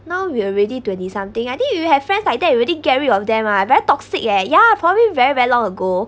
now we already twenty something I think you have friends like that you already get rid of them ah very toxic eh ya probably very very long ago